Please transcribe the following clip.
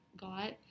got